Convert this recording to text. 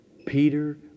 Peter